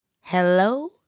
Hello